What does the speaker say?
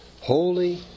holy